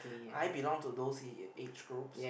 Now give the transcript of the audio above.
I belong to those middle aged groups